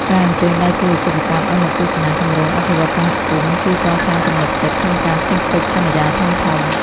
ការអញ្ជើញដៃគូអាជីវកម្មឱ្យមកទស្សនាគម្រោងអភិវឌ្ឍន៍សហគមន៍ ជួយកសាងទំនុកចិត្តក្នុងការចុះកិច្ចសន្យាធំៗ។